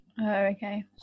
okay